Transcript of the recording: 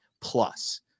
plus